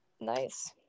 Nice